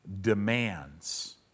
demands